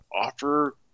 offer